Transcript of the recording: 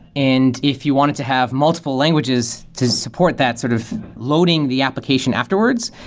and if you want it to have multiple languages to support that sort of loading the application afterwards,